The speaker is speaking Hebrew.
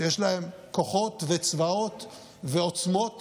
שיש להם כוחות וצבאות ועוצמות